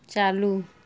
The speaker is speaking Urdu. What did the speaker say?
چالو